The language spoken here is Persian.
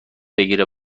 بگیره